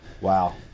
wow